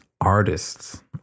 artists